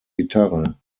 gitarre